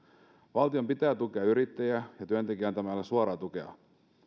valtion pitää tukea yrittäjiä ja työntekijöitä antamalla suoraa tukea